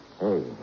Hey